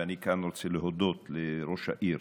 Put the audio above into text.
ואני כאן רוצה להודות ראש העיר,